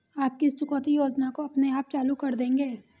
आप किस चुकौती योजना को अपने आप चालू कर देंगे?